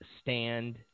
stand